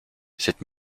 cette